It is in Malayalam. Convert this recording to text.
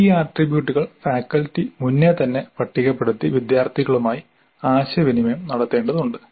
ഈ ആട്രിബ്യൂട്ടുകൾ ഫാക്കൽറ്റി മുന്നേ തന്നെ പട്ടികപ്പെടുത്തി വിദ്യാർത്ഥികളുമായി ആശയവിനിമയം നടത്തേണ്ടതുണ്ട്